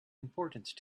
importance